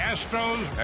Astros